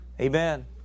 Amen